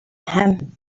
him